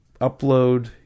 upload